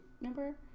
remember